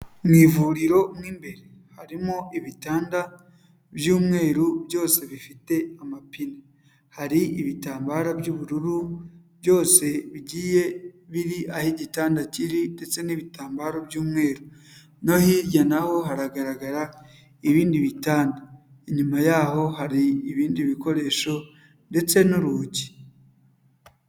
Mu ivuriro mo imbere harimo ibitanda by'umweru byose bifite amapine, hari ibitambaro by'ubururu byose bigiye biri aho igitanda kiri ndetse n'ibitambaro by'umweru, no hirya na ho haragaragara ibindi bitanda, inyuma yaho hari ibindi bikoresho ndetse n'urugi.